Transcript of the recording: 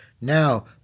Now